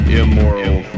immoral